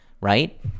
right